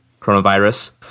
coronavirus